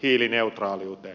hiilineutraaliuteen